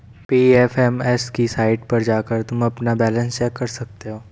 PFMS की site पर जाकर तुम अपना बैलन्स चेक कर सकते हो